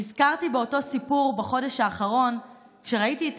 נזכרתי באותו סיפור בחודש האחרון כשראיתי את